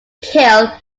kill